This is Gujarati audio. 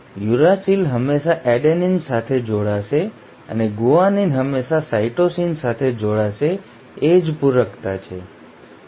યુરાસિલ હંમેશા એડેનિન સાથે જોડાશે અને ગુઆનિન હંમેશા સાઇટોસિન સાથે જોડાશે એ જ પૂરકતા છે